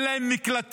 אין להם מקלטים.